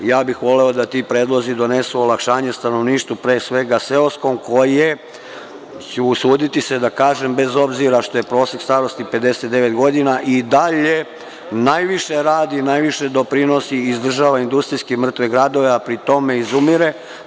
Ja bih voleo da ti predlozi donesu olakšanje stanovništvu, pre svega seoskom koje, usudiću se da kažem, bez obzira što je prosek starosti 59 godina, i dalje najviše radi, najviše doprinosi i izdržava industrijski mrtve gradove, a pri tome izumire.